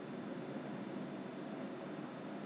除非是你 ah !huh! 除非是你 very very sure